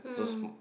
mm